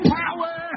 power